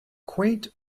quaint